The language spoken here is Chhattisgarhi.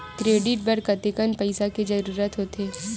क्रेडिट बर कतेकन पईसा के जरूरत होथे?